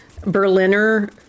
Berliner